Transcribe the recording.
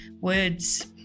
words